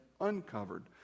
uncovered